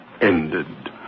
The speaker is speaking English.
Ended